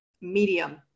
medium